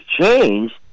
changed